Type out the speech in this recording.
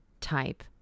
type